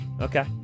Okay